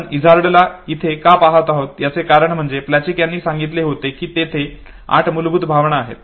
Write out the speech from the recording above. आपण इझार्डला इथे का पाहत आहोत याचे कारण म्हणजे प्लचिक यांनी सांगितले होते की तेथे आठ मूलभूत भावना आहेत